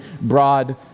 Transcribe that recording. broad